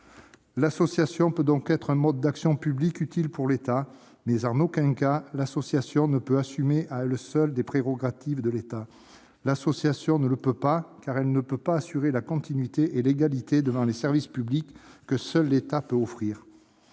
l'association peut donc être un mode d'action publique utile pour l'État, en aucun cas elle ne peut assumer à elle seule des prérogatives de l'État. En effet, elle ne peut assurer la continuité et l'égalité devant les services publics que seul l'État peut offrir.